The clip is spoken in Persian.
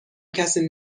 کسی